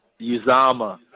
Uzama